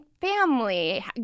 family